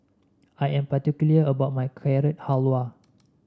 I am particular about my Carrot Halwa